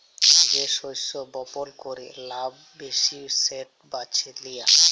যে শস্য বপল ক্যরে লাভ ব্যাশি সেট বাছে লিয়া